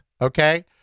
Okay